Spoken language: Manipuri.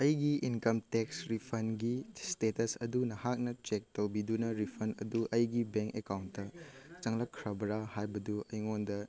ꯑꯩꯒꯤ ꯏꯟꯀꯝ ꯇꯦꯛꯁ ꯔꯤꯐꯟꯒꯤ ꯏꯁꯇꯦꯇꯁ ꯑꯗꯨ ꯅꯍꯥꯛꯅ ꯆꯦꯛ ꯇꯧꯕꯤꯗꯨꯅ ꯔꯤꯐꯟ ꯑꯗꯨ ꯑꯩꯒꯤ ꯕꯦꯡ ꯑꯦꯛꯀꯥꯎꯟꯇ ꯆꯪꯉꯛꯈ꯭ꯔꯕꯔꯥ ꯍꯥꯏꯕꯗꯨ ꯑꯩꯉꯣꯟꯗ